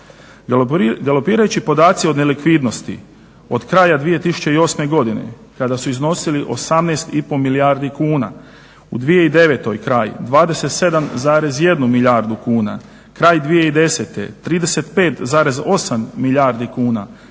razumije./… podaci o nelikvidnosti od kraja 2008. godine kada su iznosili 18,5 milijardi kuna u 2009. kraj 27,1 milijardu kuna, kraj 2010. 35,8 milijardi kuna,